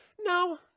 No